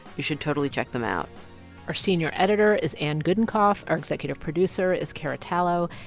you should totally check them out our senior editor is anne gudenkauf. our executive producer is cara tallo.